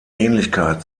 ähnlichkeit